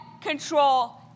control